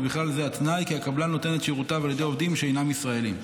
ובכלל זה התנאי כי הקבלן נותן את שירותיו על ידי עובדים שאינם ישראלים.